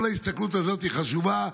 כל ההסתכלות הזאת היא חשובה.